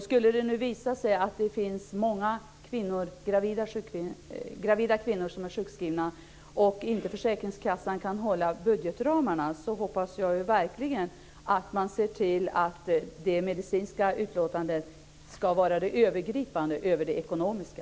Skulle det nu visa sig att det finns många gravida kvinnor som är sjukskrivna och att försäkringskassan inte kan hålla budgetramarna hoppas jag verkligen att man ser till att det medicinska utlåtandet ska vara övergripande över det ekonomiska.